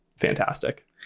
fantastic